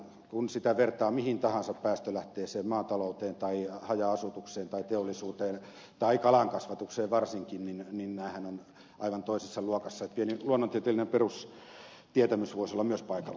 kun sitä vertaa mihin tahansa päästölähteeseen maatalouteen tai haja asutukseen tai teollisuuteen tai kalankasvatukseen varsinkin niin nämähän ovat aivan toisessa luokassa että pieni luonnontieteellinen perustietämys voisi olla myös paikallaan